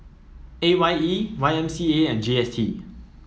A Y E Y M C A and G S T